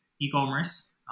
e-commerce